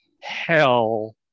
hell